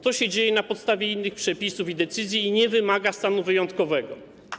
To się dzieje na podstawie innych przepisów i decyzji i nie wymaga stanu wyjątkowego.